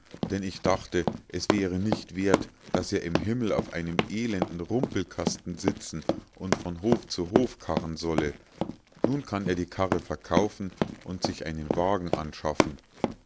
denn ich dachte es wäre nicht werth daß er im himmel auf einem elenden rumpelkasten sitzen und von hof zu hof karren solle nun kann er die karre verkaufen und sich einen wagen anschaffen